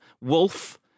Wolf